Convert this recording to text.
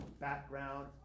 background